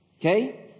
Okay